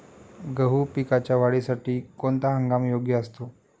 गहू पिकाच्या वाढीसाठी कोणता हंगाम योग्य असतो?